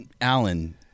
Alan